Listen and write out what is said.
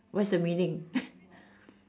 what's the meaning